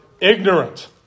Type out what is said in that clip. ignorant